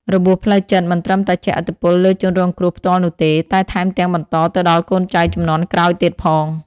របួសផ្លូវចិត្តមិនត្រឹមតែជះឥទ្ធិពលលើជនរងគ្រោះផ្ទាល់នោះទេ តែថែមទាំងបន្តទៅដល់កូនចៅជំនាន់ក្រោយទៀតផង។